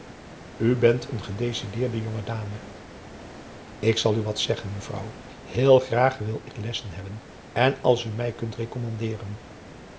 bent een gedecideerde jonge dame ik zal u wat zeggen mevrouw heel graag wil ik lessen hebben en als u mij kunt